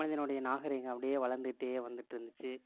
மனிதனுடைய நாகரிகம் அப்படியே வளர்ந்துக்கிட்டே வந்துகிட்டுருந்துச்சி